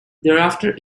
thereafter